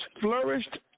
flourished